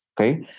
okay